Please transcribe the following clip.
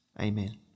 Amen